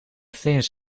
vlinders